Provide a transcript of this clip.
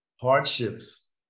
hardships